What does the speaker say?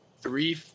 three